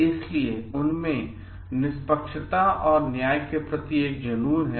इसलिए उनमें निष्पक्षता और न्याय के प्रति एक जुनून है